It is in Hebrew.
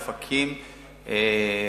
אופקים,